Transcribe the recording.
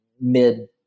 mid